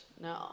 No